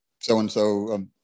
so-and-so